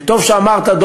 וטוב שאמרת,